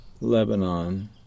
Lebanon